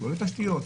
לא לתשתיות?